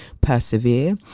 persevere